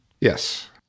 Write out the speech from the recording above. Yes